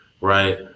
right